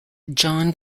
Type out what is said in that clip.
john